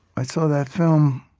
i saw that film